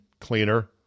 cleaner